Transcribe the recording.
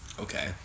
Okay